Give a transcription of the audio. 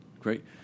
great